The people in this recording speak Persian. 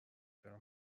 جمع